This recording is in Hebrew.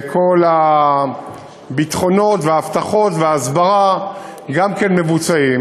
כל הביטחונות וההבטחות וההסברה גם כן מבוצעים.